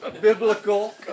biblical